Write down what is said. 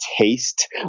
taste